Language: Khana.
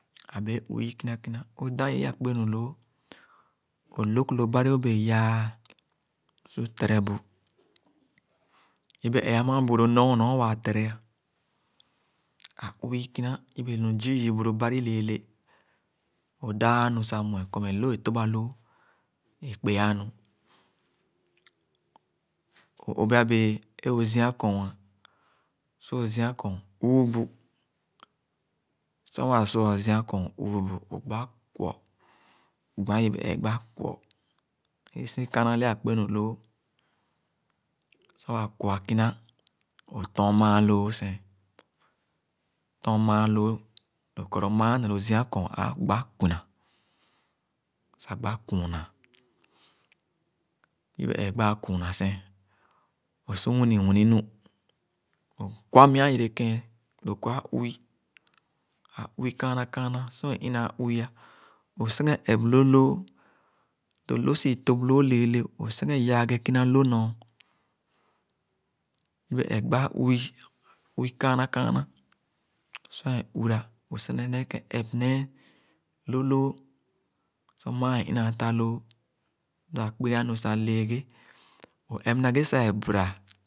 Ãbẽẽ uwi ikina kina, õdõn ye i-akpe-nuloo. Õ bã lo bari õ bẽẽ yãã su tere bu. Yibe ẽẽ ãmã bu lo nɔɔ nor waa tere. Ã uwi ikina yibe nu zi yii bu lo bari, lẽẽleé. O dãã-a nu sah mue kɔr lõh ẽ topba loó é kpea-nu, o obea bea su lo zia kɔɔn, su o zia kɔɔn üü bu. Sor waa sua õ zia kɔɔn üü, õ gba kwɔ, gba yibe ẽẽ gba kwɔ. É si kaana akpe nuloo. Sor waa kwɔ kina, õ tɔn mããn loo sẽn, tɔn mããn loo, doo kɔr lo mããn ne lo zia kɔɔn agba kwuna sah gba kwunna. Yibe ẽẽ ẽ gbaa kwunna sẽn, o su wini wiini nu. Õ kwa mya yere kẽẽn do kɔr ã uwi ã uwi kããna kããna, sar ẽ inaa uwi, o sikẽn ep lõh loo, lo toh sii top loo lẽẽle, o siken aaghe kina loh nɔr. Yibe ẽẽ gbaa uwi, uwi kããna kããna. Sor é uwira, õ siken ep nee loh loo sor mããn é inaa ta loo, lo akpea nu sah lẽẽgé, o ep na ghe sah é buera.